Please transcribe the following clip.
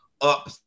up